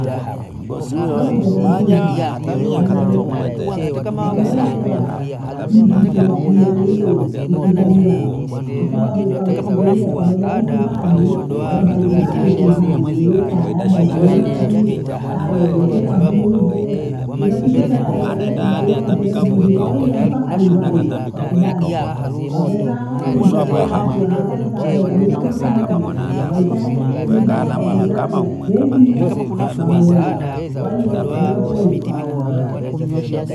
Ng'ombe na mbuzi wanamue wamuelewa, mh- mfuga mlalii mchungaji wao. Kwasababu ukamfungulia ukamuga uchungaji, kwamba nimbane tuu hanuu niwekaa labda nikanywe mathii au ninde nikahumuuze kuzati kuchanganya wo- ng'o- ng'ombe na mbuzi wahuya mpaka nyumbani wakubasa. Wakeza hohiho basi wahangaika hada ukabunda kuweka madhi, wahitahe nyumba ya wagonayo wengia wagona. Kwahiyo wanaupendo sana naa.